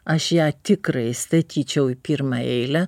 aš ją tikrai statyčiau į pirmą eilę